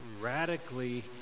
radically